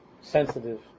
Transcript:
sensitive